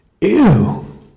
Ew